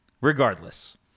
Regardless